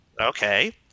okay